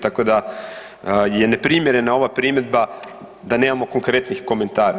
Tako da je neprimjerena ova primjedba da nemamo konkretnih komentara.